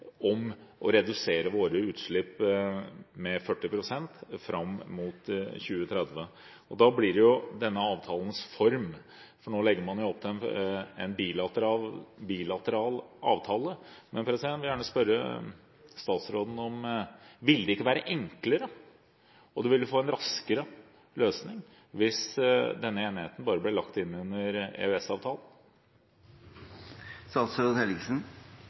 om å komme fram til en enighet om å redusere våre utslipp med 40 pst. fram mot 2030, og denne avtalens form, for nå legger man jo opp til en bilateral avtale. Jeg vil gjerne spørre statsråden: Ville det ikke være enklere, og ville man ikke få en raskere løsning hvis denne enigheten bare ble lagt inn under